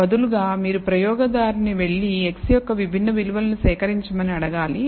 బదులుగా మీరు ప్రయోగదారుని వెళ్ళమని x యొక్క విభిన్న విలువలను సేకరించమని అడగాలి